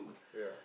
yeah